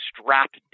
strapped